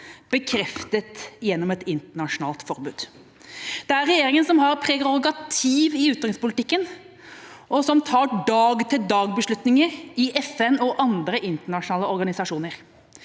bekreftet gjennom et internasjonalt forbud. Det er regjeringen som har prerogativ i utenrikspolitikken, og som tar dag-til-dag-beslutninger i FN og i andre internasjonale organisasjoner.